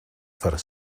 fer